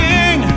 King